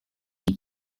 cyo